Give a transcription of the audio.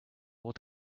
what